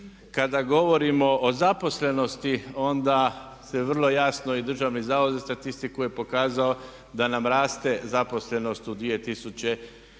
Kada govorimo o zaposlenosti onda se vrlo jasno i Državni zavod za statistiku je pokazao da nam raste zaposlenost u 2015.